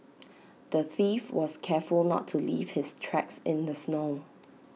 the thief was careful not to leave his tracks in the snow